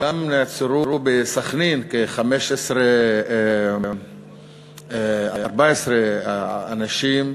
גם בסח'נין נעצרו 14 אנשים,